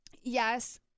Yes